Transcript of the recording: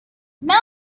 mao